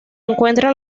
encuentra